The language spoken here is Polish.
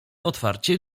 otwarcie